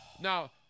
Now